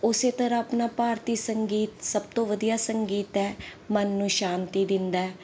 ਉਸੇ ਤਰ੍ਹਾਂ ਆਪਣਾ ਭਾਰਤੀ ਸੰਗੀਤ ਸਭ ਤੋਂ ਵਧੀਆ ਸੰਗੀਤ ਹੈ ਮਨ ਨੂੰ ਸ਼ਾਂਤੀ ਦਿੰਦਾ ਹੈ